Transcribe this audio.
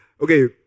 okay